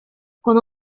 con